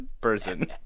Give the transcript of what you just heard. person